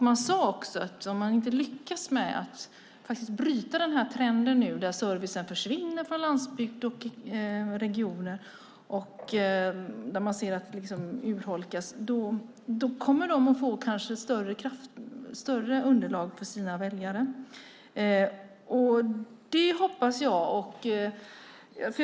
Man sade också att de kanske kommer att få större underlag för sina väljare om vi inte lyckas bryta trenden att service försvinner från landsbygd och regioner och att det urholkas.